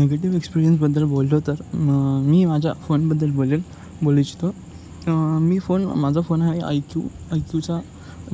negative एक्सपीरियन्सबद्दल बोललो तर म मी माझ्या फोनबद्दल बोलेल बोल इच्छितो मी फोन माझा फोन आहे आयक्यू आयक्यूचा